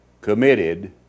Committed